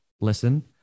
listen